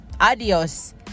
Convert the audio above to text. adios